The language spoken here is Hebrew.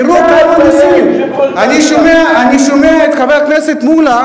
תראו כמה נושאים: אני שומע את חבר הכנסת מולה